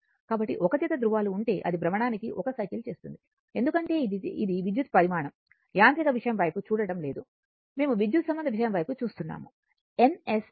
కాబట్టి 1 జత ధృవాలు ఉంటే అది భ్రమణానికి 1 సైకిల్ చేస్తుంది ఎందుకంటే ఇది విద్యుత్ పరిమాణం యాంత్రిక విషయం వైపు చూడటం లేదు మేము విద్యుత్ సంబంధ విషయం వైపు చూస్తున్నాము NS N S